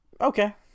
okay